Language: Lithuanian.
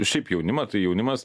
šiaip jaunimą tai jaunimas